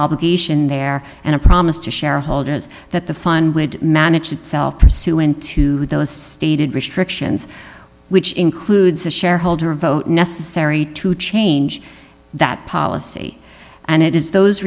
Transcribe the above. obligation there and a promise to shareholders that the fund would manage itself pursuant to those stated restrictions which includes the shareholder vote necessary to change that policy and it is those